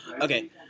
Okay